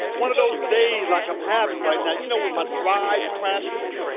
one of those days like i'm having right now, you know when my drive crashes,